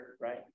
right